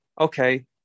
okay